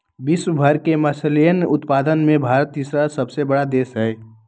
विश्व भर के मछलयन उत्पादन में भारत तीसरा सबसे बड़ा देश हई